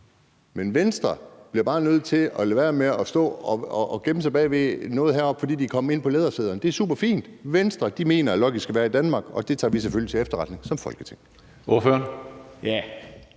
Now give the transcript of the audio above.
om. Venstre bliver bare nødt til at lade være med at stå og gemme sig bag noget deroppe, fordi de er kommet ind på lædersæderne. Venstre mener, at Lucky skal være i Danmark, og det tager vi selvfølgelig til efterretning som Folketing.